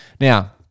Now